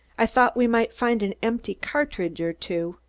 i thought we might find an empty cartridge or two.